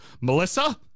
Melissa